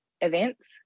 events